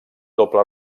doble